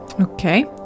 Okay